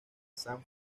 san